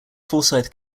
forsyth